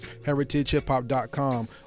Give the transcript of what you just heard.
heritagehiphop.com